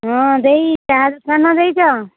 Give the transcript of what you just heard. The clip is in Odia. ହଁ ଦେଇ ଚା' ଦୋକାନ ଦେଇଛ